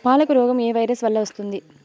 పాలకు రోగం ఏ వైరస్ వల్ల వస్తుంది?